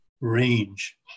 range